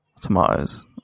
tomatoes